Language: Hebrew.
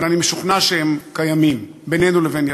אבל אני משוכנע שהם קיימים בינינו לבין ירדן.